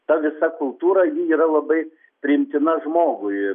ta visa kultūra ji yra labai priimtina žmogui